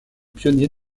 pionnier